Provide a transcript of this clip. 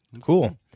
Cool